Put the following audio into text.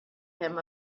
him